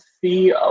see